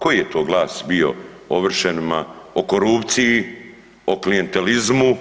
Koji je to glas bio ovršenima, o korupciji, o klijentelizmu